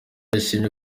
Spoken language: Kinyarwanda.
yashimye